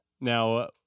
now